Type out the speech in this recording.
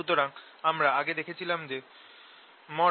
সুতরাং আমরা আগে দেখেছিলাম যে Einduced